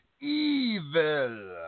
Evil